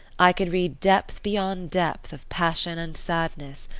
i could read depth beyond depth of passion and sadness,